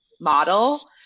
model